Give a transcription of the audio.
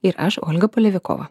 ir aš olga polevikova